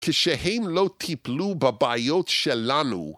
כשהם לא טיפלו בבעיות שלנו.